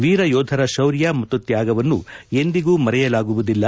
ವೀರ ಯೋಧರ ಶೌರ್ಯ ಮತ್ತು ತ್ಲಾಗವನ್ನು ಎಂದಿಗೂ ಮರೆಯಲಾಗುವುದಿಲ್ಲ